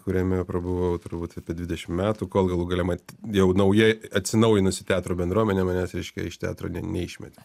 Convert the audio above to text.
kuriame prabuvau jau turbūt apie dvidešim metų kol galų gale mat jau nauja atsinaujinusi teatro bendruomenė manęs reiškia iš teatro ne neišmetė